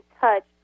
touch